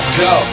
go